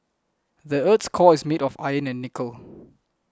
the earth's core is made of iron and nickel